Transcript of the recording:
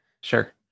Sure